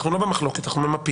אנחנו לא במחלוקת, אנחנו ממפים.